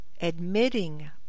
Admitting